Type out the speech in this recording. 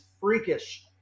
freakish